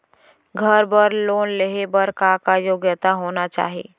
घर बर लोन लेहे बर का का योग्यता होना चाही?